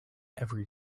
every